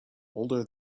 older